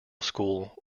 school